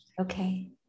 Okay